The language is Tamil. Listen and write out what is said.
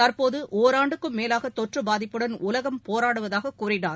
தற்போது ஒராண்டுக்கும் மேலாக தொற்று பாதிப்புடன் உலகம் போராடுவதாக கூறினார்